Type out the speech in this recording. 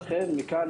לכן, מכאן